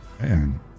Man